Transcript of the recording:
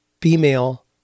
female